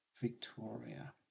Victoria